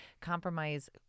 compromise